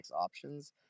options